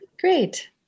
Great